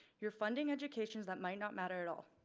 your funding education that might not matter at all.